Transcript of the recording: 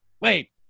Wait